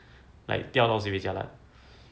like 掉到 sibeh jialat